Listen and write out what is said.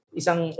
isang